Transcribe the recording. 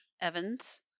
Evans